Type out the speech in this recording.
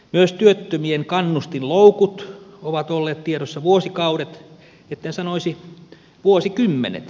myös työttömien kannustinloukut ovat olleet tiedossa vuosikaudet etten sanoisi vuosikymmenet